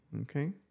Okay